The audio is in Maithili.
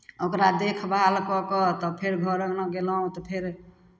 ओकरा देखभाल कऽ कऽ तब फेर घर अङ्गना गयलहुँ तऽ फेर